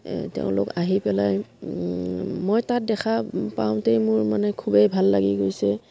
এই তেওঁলোক আহি পেলাই মই তাত দেখা পাওঁতেই মোৰ মানে খুবেই ভাল লাগি গৈছে